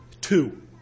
Two